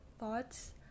thoughts